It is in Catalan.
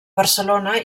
barcelona